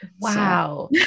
Wow